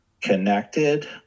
connected